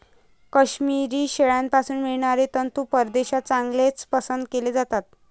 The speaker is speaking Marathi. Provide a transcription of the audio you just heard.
काश्मिरी शेळ्यांपासून मिळणारे तंतू परदेशात चांगलेच पसंत केले जातात